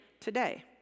Today